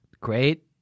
great